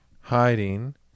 Hiding